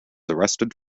arrested